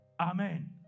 Amen